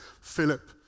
Philip